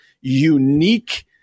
unique